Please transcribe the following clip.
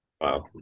Wow